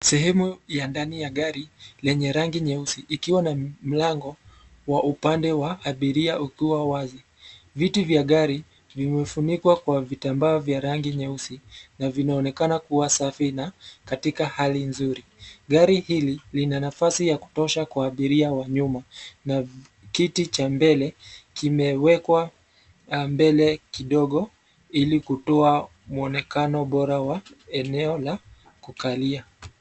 Sehemu ya ndani ya gari lenye rangi nyeusi ikiwa na mlango wa upande wa abiria ukiwa wazi. Viti vya gari vimefunikwa kwa vitambaa vya rangi nyeusi na vinaonekana kua safi na katika hali nzuri. Gari hili lina nafasi ya kutosha kwa abiria wa nyuma na kiti cha mbele kimewekwa mbele kidogo ili kutoa mwonekano bora wa eneo la kukalia.